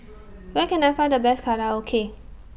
Where Can I Find The Best Korokke